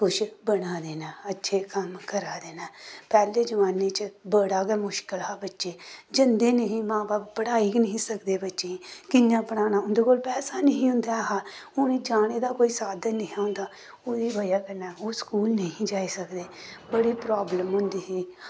कुछ बना दे न अच्छे कम्म करा दे न पैह्लें जमान्ने च बड़ा गै मुश्कल हा बच्चे जंदे नेईं हे मां बब्ब पढ़ाई गै नेईं हे सकदे बच्चें गी कि'यां पढ़ाना उं'दे कोल पैसा नेईं ही होंदा ऐ हा उ'नें जाने दा कोई साधन नेईं हा होंदा ओह्दी ब'जा कन्नै ओह् स्कूल नेईं ही जाई सकदे बड़ी प्राब्लम होंदी ही